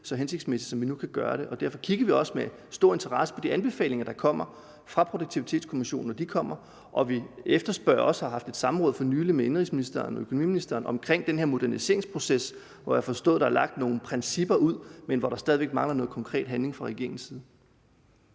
så hensigtsmæssigt, som vi nu kan gøre det, og derfor kigger vi også med stor interesse på de anbefalinger, der kommer fra Produktivitetskommissionen, når de kommer. Vi efterspørger det også, og vi har for nylig haft et samråd med økonomi- og indenrigsministeren om den her moderniseringsproces. Her har jeg forstået, at der er lagt nogle principper ud, men at der stadig væk mangler noget konkret handling fra regeringens side.